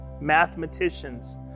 mathematicians